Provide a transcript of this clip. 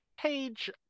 page